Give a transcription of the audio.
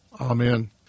Amen